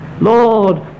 Lord